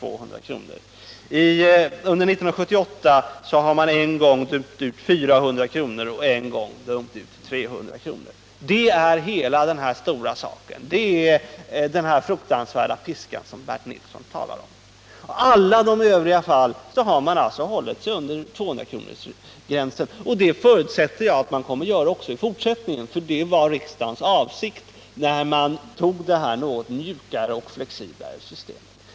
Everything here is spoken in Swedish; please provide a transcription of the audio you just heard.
Under år 1978 har man dömt ut 400 kr. en gång och 300 kr. en gång. Det är alltså den fruktansvärda piska som Bernt Nilsson talar om. I alla övriga fall har man alltså hållit sig inom 200 kronorsgränsen, och det förutsätter jag att man kommer att göra också i fortsättningen. Det var riksdagens avsikt när den tog detta något mjukare och mer flexibla system.